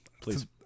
please